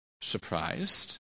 surprised